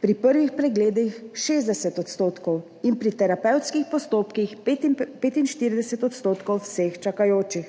pri prvih pregledih 60 % in pri terapevtskih postopkih 45 % vseh čakajočih.